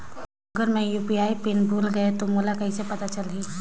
अगर मैं UPI PIN भुल गये हो तो मोला कइसे पता चलही?